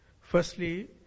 firstly